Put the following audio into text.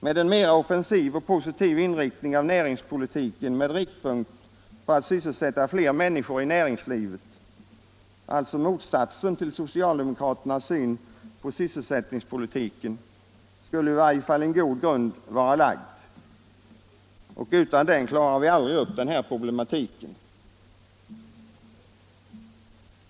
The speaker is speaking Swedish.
Med en mera offensiv och positiv inriktning av näringspolitiken på att sysselsätta fler människor i näringslivet — alltså motsatsen till socialdemokraternas syn på sysselsättningspolitiken — skulle i varje fall en god grund vara lagd, och utan den grunden klarar vi aldrig upp den här problematiken.